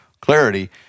clarity